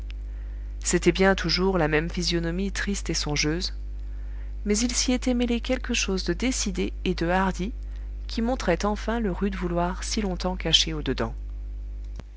c'était bien toujours la même physionomie triste et songeuse mais il s'y était mêlé quelque chose de décidé et de hardi qui montrait enfin le rude vouloir si longtemps caché au dedans